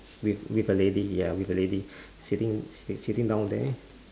with with a lady ya with a lady sitting sit~ sitting down there